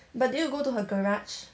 but did you go to her garage